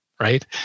Right